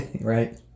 Right